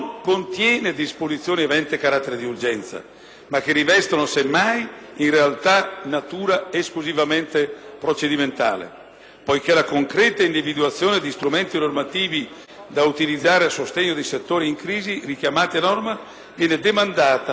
realtà, rivestono semmai natura esclusivamente procedimentale, poiché la concreta individuazione di strumenti normativi da utilizzare a sostegno dei settori in crisi richiamati dalla normativa viene demandata ad appositi decreti interministeriali.